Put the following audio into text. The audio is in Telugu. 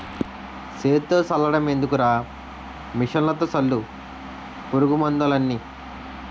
సేత్తో సల్లడం ఎందుకురా మిసన్లతో సల్లు పురుగు మందులన్నీ